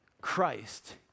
Christ